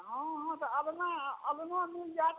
हँ हँ तऽ अलना अलना मिल जायत